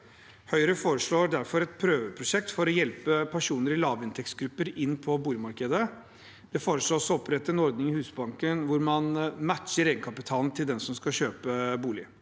Høyre foreslår derfor et prøveprosjekt for å hjelpe personer i lavinntektsgrupper inn på boligmarkedet. Det foreslås å opprette en ordning i Husbanken hvor man matcher egenkapitalen til den som skal kjøpe bolig.